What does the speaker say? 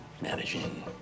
managing